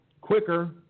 quicker